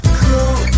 cool